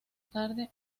tarde